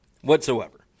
whatsoever